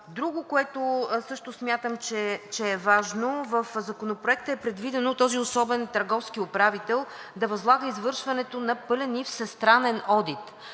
Друго, което също смятам, че е важно. В Законопроекта е предвидено този особен търговски управител да възлага извършването на пълен и всестранен одит.